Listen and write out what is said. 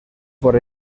por